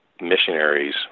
missionaries